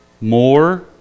more